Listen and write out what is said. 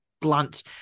blunt